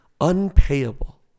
unpayable